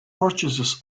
purchases